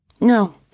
No